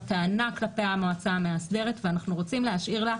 טענה כלפי המועצה המאסדרת ואנחנו רוצים להשאיר לה,